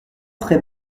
très